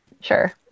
Sure